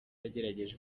yagerageje